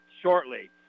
shortly